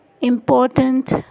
important